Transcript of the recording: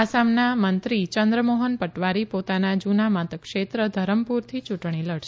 આસામના મંત્રી ચંદ્રમોહન પટવારી પોતાના જૂના મતક્ષેત્ર ધરમુરથી ચૂંટણી લડશે